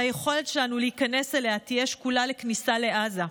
שהיכולת שלנו להיכנס אליה תהיה שקולה לכניסה לעזה.